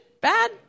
Bad